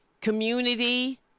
community